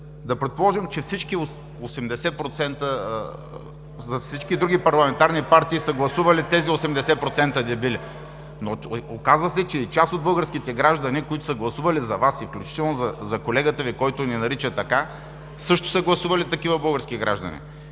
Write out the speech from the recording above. да предположим, че за всички други парламентарни партии са гласували тези 80% дебили, но оказва се, че и част от българските граждани, които са гласували за Вас, включително за колегата Ви, който ни нарича така, също са гласували такива български граждани.